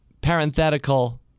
parenthetical